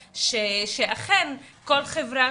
שאכן כל חברה